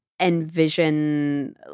envision